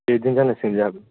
बेबादिनो जानांसिगोन जोंहाबो